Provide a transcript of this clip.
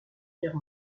guerre